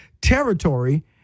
territory